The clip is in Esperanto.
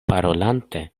parolante